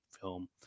film